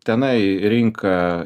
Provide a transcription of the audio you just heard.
tenai rinka